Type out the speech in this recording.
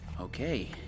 Okay